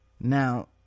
Now